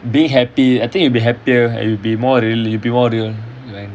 being happy I think it'll be happier it would be more really it'll be more real like